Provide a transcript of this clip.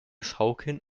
schaukeln